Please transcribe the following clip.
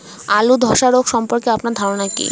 আলু ধ্বসা রোগ সম্পর্কে আপনার ধারনা কী?